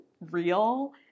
real